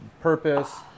purpose